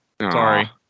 Sorry